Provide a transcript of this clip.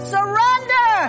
Surrender